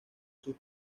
sus